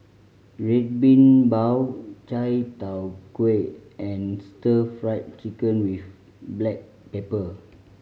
Red Bean Bao chai tow kway and Stir Fried Chicken with black pepper